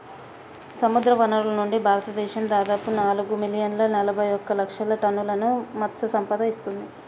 సముద్రవనరుల నుండి, భారతదేశం దాదాపు నాలుగు మిలియన్ల నలబైఒక లక్షల టన్నుల మత్ససంపద ఇస్తుంది